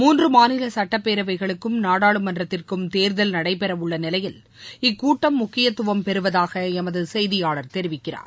மூன்று மாநில சட்டப்பேரவைகளுக்கும் நாடாளுமன்றத்திற்கும் தேர்தல் நடைபெறவுள்ள நிலையில் இக்கூட்டம் முக்கியத்துவம் பெறுவதாக எமது செய்தியாளர் தெரிவிக்கிறார்